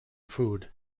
food